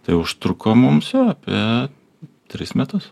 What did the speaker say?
tai užtrukom mums jo apie tris metus